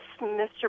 Mr